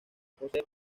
posee